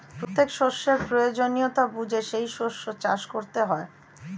প্রত্যেক শস্যের প্রয়োজনীয়তা বুঝে সেই শস্য চাষ করতে হয়